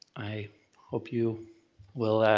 i hope you will,